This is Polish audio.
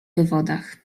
wywodach